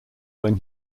when